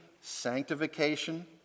sanctification